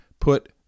put